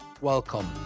welcome